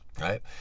Right